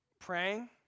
praying